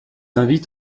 invite